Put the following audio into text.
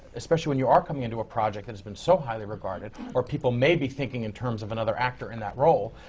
especially when you are coming into a project that has been so highly regarded, where people may be thinking in terms of another actor in that role,